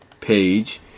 page